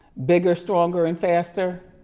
bigger, stronger and faster,